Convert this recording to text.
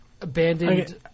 abandoned